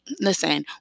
listen